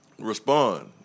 respond